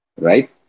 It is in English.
right